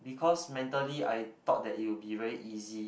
because mentally I thought that it will be very easy